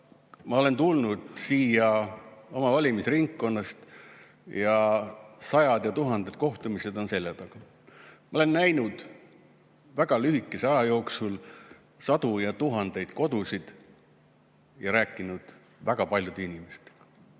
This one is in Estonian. ma olen tulnud siia oma valimisringkonnast, mul on sajad ja tuhanded kohtumised seljataga. Ma olen näinud väga lühikese aja jooksul sadu ja tuhandeid kodusid ning rääkinud väga paljude inimestega.